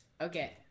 okay